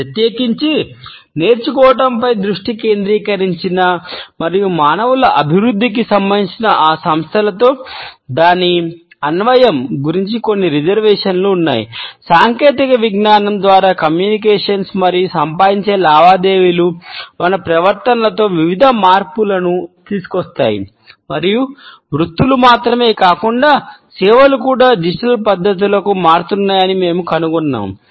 ప్రత్యేకించి నేర్చుకోవడంపై దృష్టి కేంద్రీకరించిన మరియు మానవుల అభివృద్ధికి సంబంధించిన ఆ సంస్థలలో దాని అన్వయం పద్ధతులకు మారుతున్నాయని మేము కనుగొన్నాము